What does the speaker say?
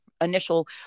initial